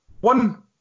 one